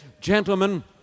gentlemen